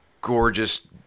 gorgeous